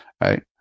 right